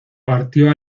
partió